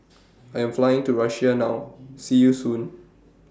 I Am Flying to Russia now See YOU Soon